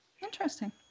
Interesting